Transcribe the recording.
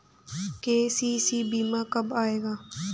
KCC बीमा कब आएगा?